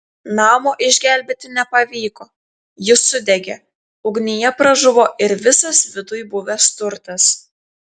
namo išgelbėti nepavyko jis sudegė ugnyje pražuvo ir visas viduj buvęs turtas